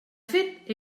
fet